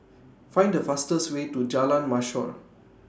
Find The fastest Way to Jalan Mashhor